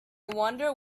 wonder